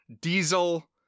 Diesel